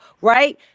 right